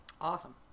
Awesome